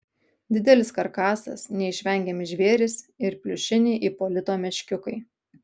didelis karkasas neišvengiami žvėrys ir pliušiniai ipolito meškiukai